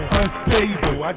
unstable